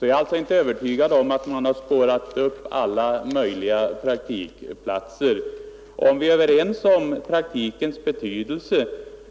Jag är alltså inte övertygad om att man har spårat upp alla möjliga praktikplatser. Är vi överens om praktikens betydelse